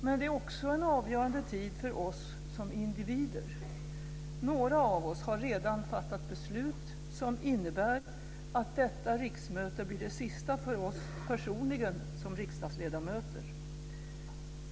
Men det är också en avgörande tid för oss som individer. Några av oss har redan fattat beslut som innebär att detta riksmöte blir det sista för oss personligen som riksdagsledamöter.